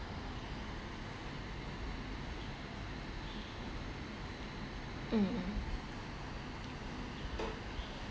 mm mm